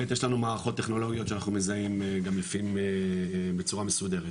בית יש לנו מערכות טכנולוגיות שאנחנו מזהים גם לפעמים בצורה מסודרת,